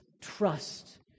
trust